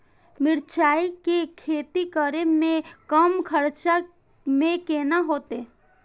मिरचाय के खेती करे में कम खर्चा में केना होते?